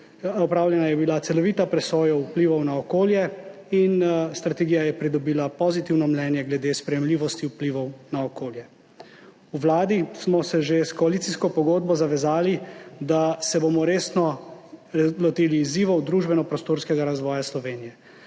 opravljena je bila celovita presoja vplivov na okolje in strategija je pridobila pozitivno mnenje glede sprejemljivosti vplivov na okolje. V Vladi smo se že s koalicijsko pogodbo zavezali, da se bomo resno lotili izzivov družbeno-prostorskega razvoja Slovenije.